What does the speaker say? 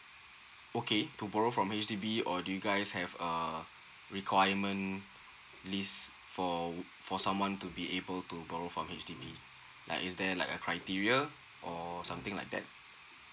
okay to borrow from H_D_B or do you guys have err requirement list for for someone to be able to borrow from H_D_B like is there like a criteria or something like that